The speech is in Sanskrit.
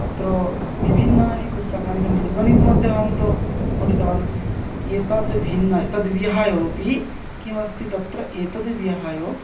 तत्र विभिन्नानि पुस्तकानि सन्ति गणित् मध्ये अहं तु पठितवान् एतत् भिन्न एतत् विहाय अपि किम् अस्ति तत्र एतत् विहाय